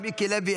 מיקי לוי,